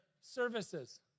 services